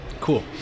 Cool